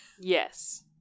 yes